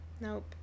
nope